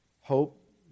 hope